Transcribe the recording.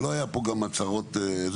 ולא היו פה גם הצהרות וזה.